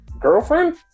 girlfriend